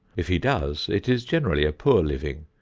if he does, it is generally a poor living.